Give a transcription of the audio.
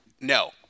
no